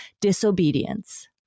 disobedience